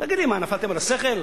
תגידו, מה, נפלתם על השכל?